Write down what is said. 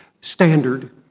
standard